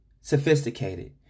sophisticated